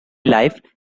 life